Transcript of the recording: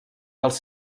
dels